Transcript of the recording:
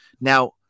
now